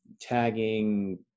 tagging